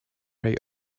right